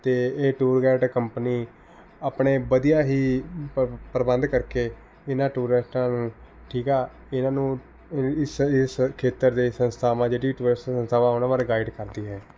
ਅਤੇ ਇਹ tour guide company ਆਪਣੇ ਵਧੀਆ ਹੀ ਪ੍ਰਬੰ ਪ੍ਰਬੰਧ ਕਰਕੇ ਇਨ੍ਹਾਂ ਟੂਰਿਸਟਾਂ ਨੂੰ ਠੀਕ ਹੈ ਇਹਨਾਂ ਨੂੰ ਇਸ ਇਸ ਖੇਤਰ ਦੇ ਸੰਸਥਾਵਾਂ ਜਿਹੜੀ ਟੂਰਿਸਟ ਸੰਸਥਾਂਵਾਂ ਉਨ੍ਹਾਂ ਬਾਰੇ ਗਾਈਡ ਕਰਦੀ ਹੈ